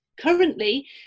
Currently